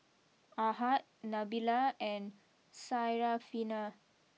Ahad Nabila and Syarafina